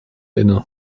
inne